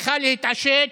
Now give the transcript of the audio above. צריכה להתעשת.